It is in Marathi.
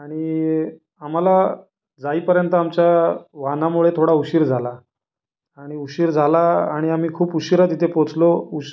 आणि आम्हाला जाईपर्यंत आमच्या वाहनामुळे थोडा उशीर झाला आणि उशीर झाला आणि आम्ही खूप उशिरा तिथे पोचलो उश